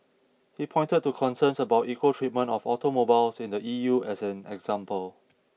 he pointed to concerns about equal treatment of automobiles in the E U as an example